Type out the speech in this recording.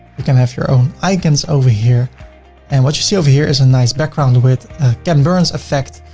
you can have your own icons over here and what you see over here is a nice background with a ken burns effect.